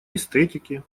эстетики